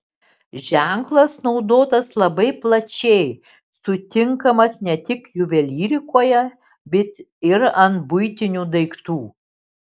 ženklas naudotas labai plačiai sutinkamas ne tik juvelyrikoje bet ir ant buitinių daiktų